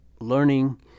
learning